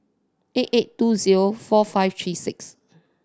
eight eight two zero four five three six